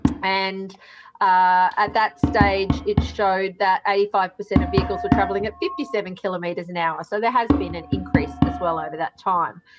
and at that stage, it showed that eighty five per cent of vehicles were travelling at fifty seven kilometres an hour. so there has been an increase as well over that time.